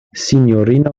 sinjorino